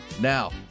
Now